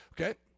okay